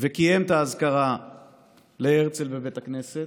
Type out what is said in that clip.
וקיים את האזכרה להרצל בבית הכנסת,